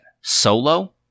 solo